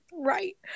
Right